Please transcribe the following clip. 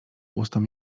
ustom